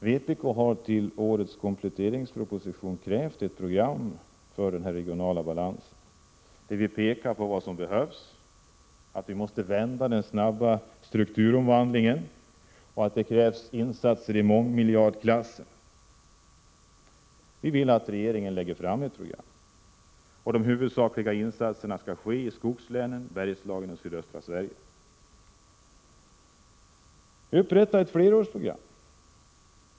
Vpk har i anslutning till årets kompletteringsproposition krävt ett program för regional balans, där vi pekar på vad som behövs. Den snabba strukturomvandlingen måste vändas och för det krävs insatser i mångmiljardklassen. Vi vill att regeringen lägger fram ett program och att de huvudsakliga insatserna skall ske i skogslänen, Bergslagen och sydöstra Sverige. Upprätta ett flerårsprogram!